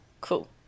Cool